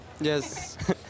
Yes